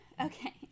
okay